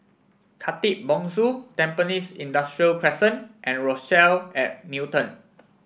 Khatib Bongsu Tampines Industrial Crescent and Rochelle at Newton